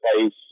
place